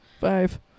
Five